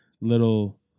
little